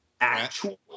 actual